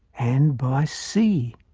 and by sea.